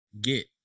get